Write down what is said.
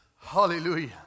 Hallelujah